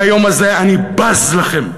מהיום הזה אני בז לכם.